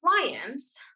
clients